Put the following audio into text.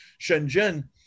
Shenzhen